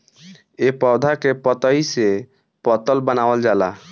ए पौधा के पतइ से पतल बनावल जाला